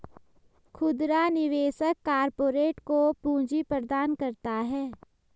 खुदरा निवेशक कारपोरेट को पूंजी प्रदान करता है